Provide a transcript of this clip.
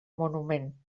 monument